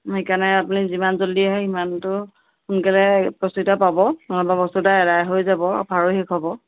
সেইকাৰণে আপুনি যিমান জল্দি আহে সিমানটো সোনকালে বস্তুকেইটা পাব নহয়বা বস্তুকেইটা আদায় হৈ যাব অ'ফাৰো শেষ হ'ব